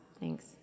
Thanks